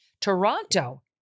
Toronto